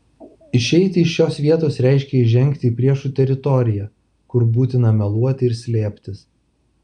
išeiti iš šios vietoj reiškė įžengti į priešų teritoriją kur būtina meluoti ir slėptis